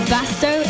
Basto